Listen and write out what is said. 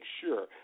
sure